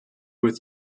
with